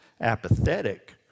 apathetic